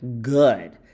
good